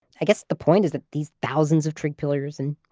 i guess the point is that these thousands of trig pillars and